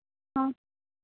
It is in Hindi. हाँ